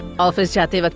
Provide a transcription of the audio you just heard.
office yeah to but